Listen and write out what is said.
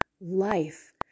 life